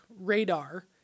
radar